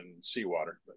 seawater